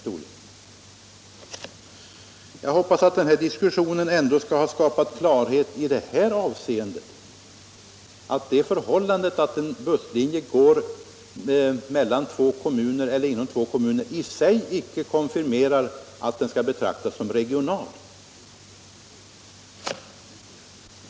Jag hoppas att den här diskussionen ändå har skapat klarhet i ett av seende. Det förhållandet att en busslinje berör två kommuner konfirmerar — Nr 30 inte i sig att den skall betraktas som regional.